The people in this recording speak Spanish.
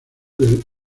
del